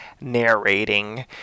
narrating